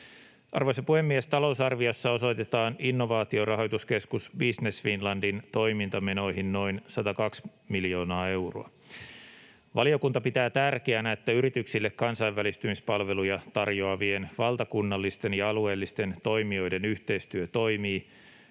Arvoisa puhemies! Talousarviossa osoitetaan Innovaatiorahoituskeskus Business Finlandin toimintamenoihin noin 102 miljoonaa euroa. Valiokunta pitää tärkeänä, että yrityksille kansainvälistymispalveluja tarjoavien valtakunnallisten ja alueellisten toimijoiden yhteistyö toimii,